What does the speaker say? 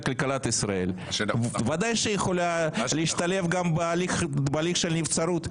כלכלת ישראל ודאי שהיא יכולה להשתלב גם בהליך של הנבצרות.